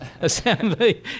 assembly